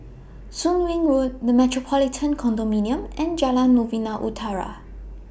Soon Wing Road The Metropolitan Condominium and Jalan Novena Utara